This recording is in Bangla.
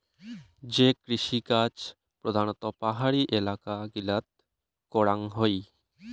যে কৃষিকাজ প্রধানত পাহাড়ি এলাকা গিলাত করাঙ হই